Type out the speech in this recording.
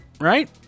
right